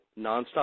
nonstop